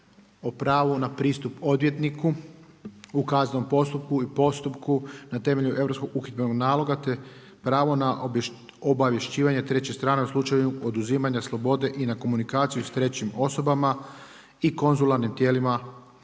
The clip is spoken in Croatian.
o pravu na pristup odvjetniku u kaznenom postupku i postupku na temelju Europskog uhidbenog naloga te pravo na obavješćivanje treće strane u slučaju oduzimanja slobode i na komunikaciju s trećim osobama i konzularnim tijelima te